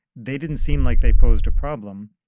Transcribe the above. they didn't seem like they posed a problem.